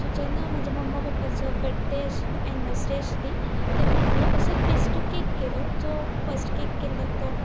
so जेन्ना म्हजे मम्मा पप्पाचो बड्डे आशिल्लो एनवर्सरी आशिल्ली तेन्ना हांवे असोच बेश्टो केक केलो जो फस्ट केक केल्लो तो